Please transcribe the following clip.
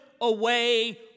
away